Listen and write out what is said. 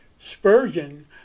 Spurgeon